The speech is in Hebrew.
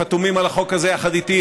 שחתומים על החוק הזה יחד איתי,